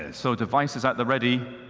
ah so devices at the ready.